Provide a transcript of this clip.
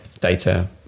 data